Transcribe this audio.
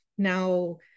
Now